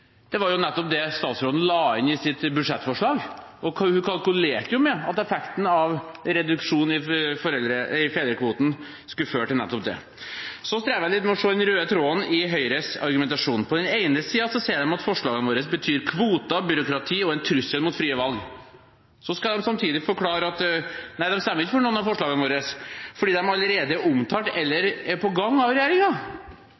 Det var nettopp det statsråden la inn i sitt budsjettforslag. Hun kalkulerte med at effekten av reduksjon i fedrekvoten skulle føre til nettopp det. Jeg strever litt med å se den røde tråden i Høyres argumentasjon. På den ene siden sier de at forslagene våre betyr kvoter, byråkrati og en trussel mot fritt valg. Så skal de samtidig forklare at de ikke stemmer for noen av forslagene våre, fordi dette allerede er omtalt